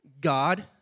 God